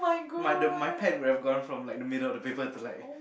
my the my pen would have gone from like the middle of the paper to like